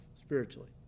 spiritually